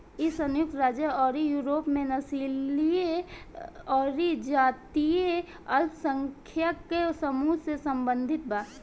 इ संयुक्त राज्य अउरी यूरोप में नस्लीय अउरी जातीय अल्पसंख्यक समूह से सम्बंधित बा